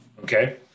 Okay